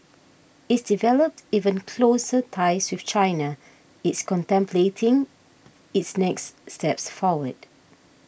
it's developed even closer ties with China it's contemplating its next steps forward